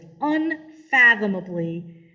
unfathomably